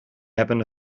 happen